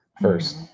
first